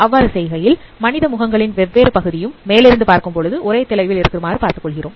அவ்வாறு செய்கையில் மனித முகங்களில் வெவ்வேறு பகுதியும் மேலிருந்து பார்க்கும் பொழுது ஒரே தொலைவில் இருக்குமாறு பார்த்துக்கொள்கிறோம்